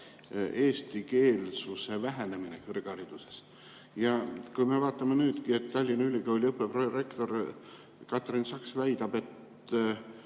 eestikeelsuse vähenemine kõrghariduses. Ja kui me vaatame nüüdki, et Tallinna Ülikooli õppeprorektor Katrin Saks väidab, et